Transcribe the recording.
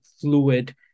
fluid